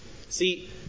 See